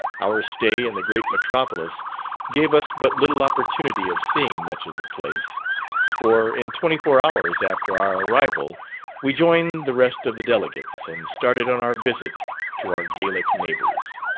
our stay in the great metropolis gave us but little opportunity of seeing much of the place for in twenty-four hours after our arrival we joined the rest of the delegates, and started on our visit to our gallic neighbours.